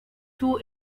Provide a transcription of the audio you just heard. two